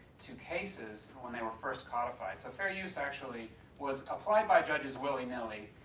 to cases when they were first codified so fair use actually was applied by judges willy-nilly